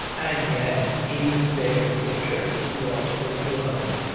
and yet even there the curse's lust for blood.